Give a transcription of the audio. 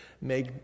make